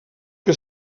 que